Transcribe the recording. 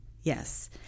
yes